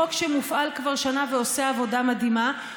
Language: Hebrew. חוק שמופעל כבר שנה ועושה עבודה מדהימה.